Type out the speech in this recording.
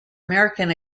american